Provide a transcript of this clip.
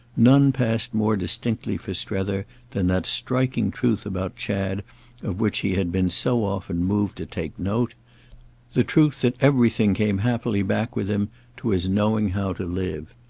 none passed more distinctly for strether than that striking truth about chad of which he had been so often moved to take note the truth that everything came happily back with him to his knowing how to live.